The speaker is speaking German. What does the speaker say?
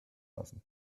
lassen